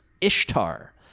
Ishtar